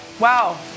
Wow